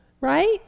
right